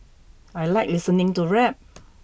I like listening to rap